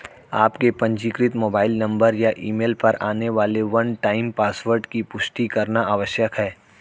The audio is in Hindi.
आपके पंजीकृत मोबाइल नंबर या ईमेल पर आने वाले वन टाइम पासवर्ड की पुष्टि करना आवश्यक है